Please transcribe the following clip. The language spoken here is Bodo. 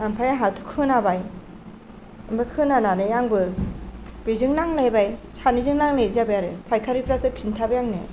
ओमफाय आंहाथ' खोनाबाय ओमफाय खोनानानै आंबो बेजों नांलायबाय सानैजों नांलायनाय जाबाय आरो फायखारि फ्राथ' खिन्थाबाय आंनो